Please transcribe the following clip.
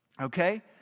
okay